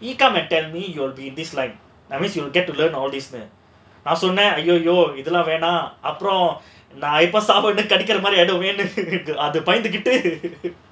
he come and tell me you will be dislike that means you will get to learn all these நான் சொன்னேன்:naan sonnaen !aiyo! இதெல்லம் வேணாம் அப்புறம் கடிக்கிற மாதிரி ஆகிடும் அதுக்கு பயந்துகிட்டு:idhellaam venaam appuram kadikkira maadhiri ayidum adhukku bayanthukittu